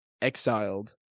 exiled